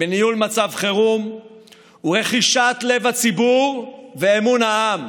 בניהול מצב חירום הוא רכישת לב הציבור ואמון העם.